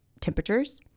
temperatures